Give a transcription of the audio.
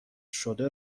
شده